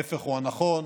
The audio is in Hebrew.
ההפך הוא הנכון,